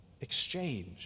exchange